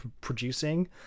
producing